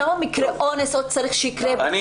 כמה מקרי אונס עוד צריך שיקרו --- משא ומתן?